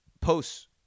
posts